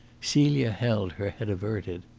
celia held her head averted.